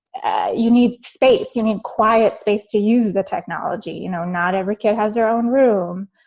ah you need space. you need quiet space to use the technology. you know, not every kid has their own room.